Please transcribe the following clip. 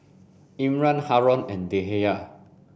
Imran Haron and Dhia